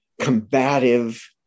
combative